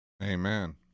Amen